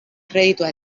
kreditua